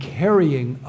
carrying